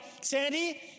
Sandy